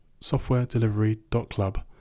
softwaredelivery.club